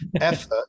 effort